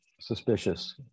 suspicious